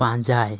ᱯᱟᱸᱡᱟᱭ